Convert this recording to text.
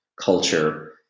culture